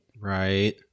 Right